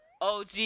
OG